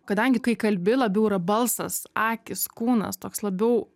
kadangi kai kalbi labiau yra balsas akys kūnas toks labiau